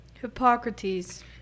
Hippocrates